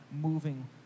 moving